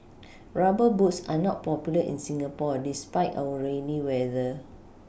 rubber boots are not popular in Singapore despite our rainy weather